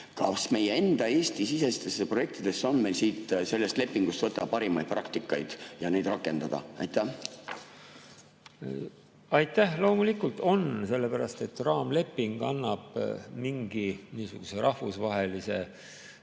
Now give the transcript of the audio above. ma küsin: kas Eesti-sisestesse projektidesse on meil sellest lepingust võtta parimaid praktikaid, et neid rakendada? Aitäh! Loomulikult on, sellepärast et raamleping annab niisuguse rahvusvahelise